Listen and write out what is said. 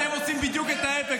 אתם עושים בדיוק את ההפך.